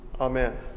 Amen